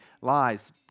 lives